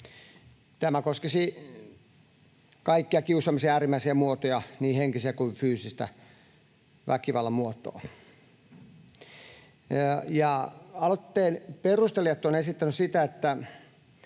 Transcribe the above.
Tämä koskisi kaikkia kiusaamisen äärimmäisiä muotoja, niin henkistä kuin fyysistä väkivallan muotoa. Aloitteen perustelijat ovat esittäneet, että